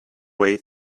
way